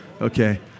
Okay